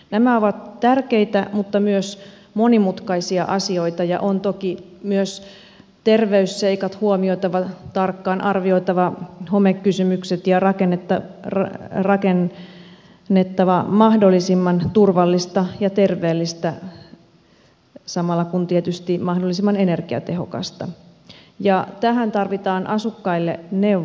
nämä ovat tärkeitä mutta myös monimutkaisia asioita ja on toki myös terveysseikat huomioitava tarkkaan arvioitava homekysymykset ja rakennettava mahdollisimman turvallista ja terveellistä samalla tietysti mahdollisimman energiatehokasta ja tähän tarvitaan asukkaille neuvontaa